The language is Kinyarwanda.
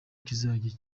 kizajya